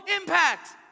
impact